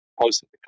posted